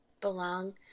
belong